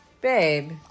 Babe